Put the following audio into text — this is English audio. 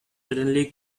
suddenly